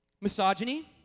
misogyny